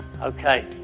Okay